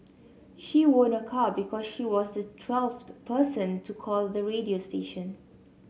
she won a car because she was the twelfth person to call the radio station